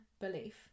belief